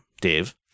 Dave